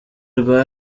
rwa